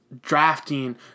drafting